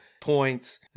points